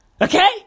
Okay